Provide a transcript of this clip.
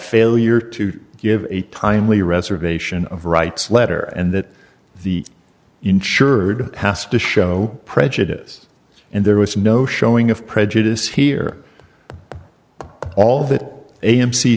failure to give a timely reservation of rights letter and that the insured has to show prejudice and there was no showing of prejudice here but all th